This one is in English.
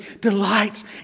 delights